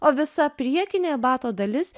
o visa priekinė bato dalis